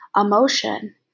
emotion